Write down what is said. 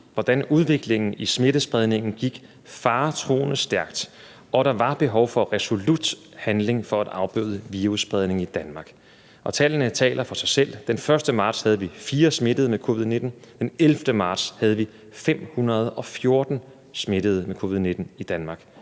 hvordan udviklingen i smittespredningen gik faretruende stærkt, og der var behov for resolut handling for at afbøde virusspredningen i Danmark. Tallene taler for sig selv: Den 1. marts havde vi 4 smittede med covid-19, den 11. marts havde vi 514 smittede med covid-19 i Danmark.